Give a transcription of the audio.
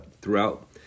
throughout